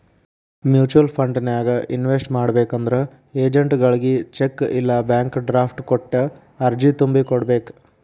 mutual ಫಂಡನ್ಯಾಗ invest ಮಾಡ್ಬೇಕಂದ್ರ ಏಜೆಂಟ್ಗಳಗಿ ಚೆಕ್ ಇಲ್ಲಾ ಬ್ಯಾಂಕ್ ಡ್ರಾಫ್ಟ್ ಕೊಟ್ಟ ಅರ್ಜಿ ತುಂಬಿ ಕೋಡ್ಬೇಕ್